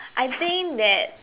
I think that